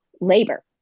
labor